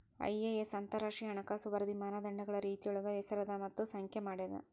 IAS ಅಂತರಾಷ್ಟ್ರೇಯ ಹಣಕಾಸು ವರದಿ ಮಾನದಂಡಗಳ ರೇತಿಯೊಳಗ ಹೆಸರದ ಮತ್ತ ಸಂಖ್ಯೆ ಮಾಡೇದ